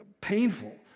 painful